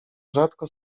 rzadko